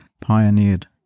pioneered